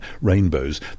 rainbows